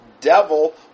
devil